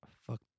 Fuck